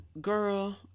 girl